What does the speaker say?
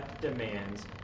demands